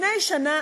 לפני שנה,